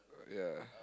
ya